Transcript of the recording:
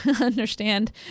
understand